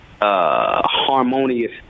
harmonious